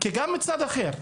כי מצד אחר,